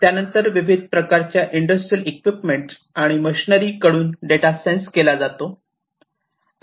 त्यानंतर विविध प्रकारच्या इंडस्ट्रियल इक्विपमेंट आणि मशिनरी कडून डेटा सेन्स केला जातो